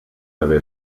haver